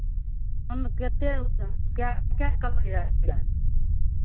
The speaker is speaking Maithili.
हम कतेक कए कए